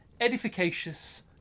edificacious